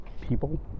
People